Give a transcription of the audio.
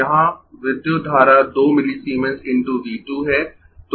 तो यहां विद्युत धारा 2 मिलीसीमेंस × V 2 है